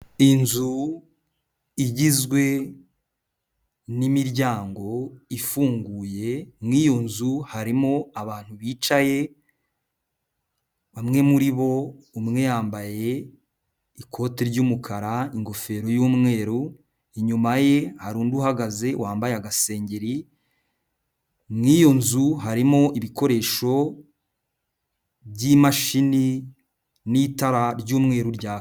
Inzu igizwe n'imiryango ifunguye, mu iyo nzu harimo abantu bicaye, bamwe muri bo umwe yambaye, ikote ry'umukara ingofero y'umweru, inyuma ye hari undi uhagaze wambaye agasengeri, muri iyo nzu harimo ibikoresho by'imashini n'itara ry'umweru ryaka.